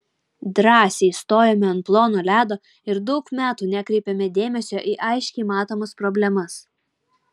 drąsiai stojome ant plono ledo ir daug metų nekreipėme dėmesio į aiškiai matomas problemas